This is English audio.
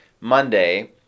Monday